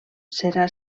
serà